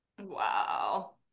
wow